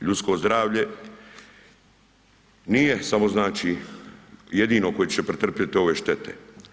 Ljudsko zdravlje nije samo znači jedino koje će pretrpjeti ove štete.